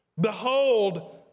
behold